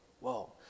Whoa